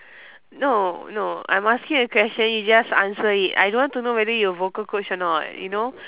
no no I'm asking a question you just answer it I don't want to know whether you vocal coach or not you know